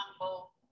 humble